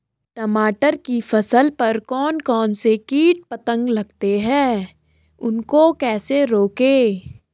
टमाटर की फसल पर कौन कौन से कीट पतंग लगते हैं उनको कैसे रोकें?